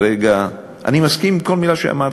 אני מסכים עם כל מילה שאמרת.